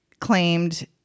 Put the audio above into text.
claimed